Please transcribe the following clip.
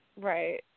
Right